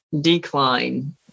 decline